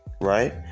right